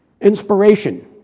inspiration